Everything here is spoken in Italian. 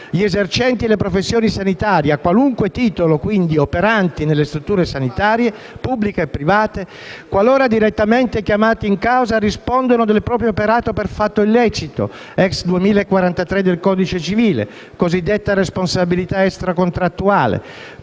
Gli esercenti le professioni sanitarie, a qualunque titolo operanti in strutture sanitarie e sociosanitarie pubbliche e private, qualora direttamente chiamati in causa, rispondono del proprio operato per fatto illecito (*ex* articolo 2043 del codice civile, cosiddetta responsabilità extracontrattuale